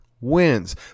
wins